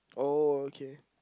oh okay